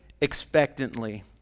expectantly